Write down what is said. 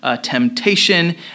temptation